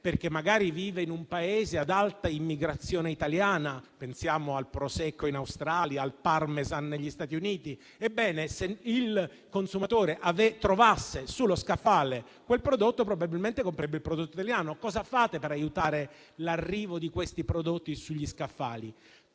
perché magari vive in un Paese ad alta immigrazione italiana? Pensiamo al prosecco in Australia o al *parmesan* negli Stati Uniti. Ebbene, se il consumatore lo trovasse sullo scaffale, probabilmente comprerebbe il prodotto italiano. Cosa fate per aiutare l'arrivo di questi prodotti sugli scaffali?